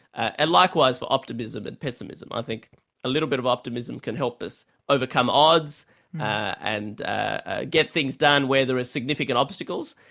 and likewise for optimism and pessimism i think a little bit of optimism can help us overcome odds and ah get things done where there are ah significant obstacles,